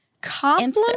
compliment